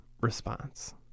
response